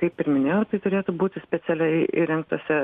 kaip ir minėjau tai turėtų būti specialiai įrengtose